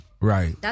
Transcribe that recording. Right